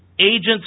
agents